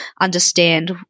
understand